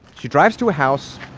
she drives to a house,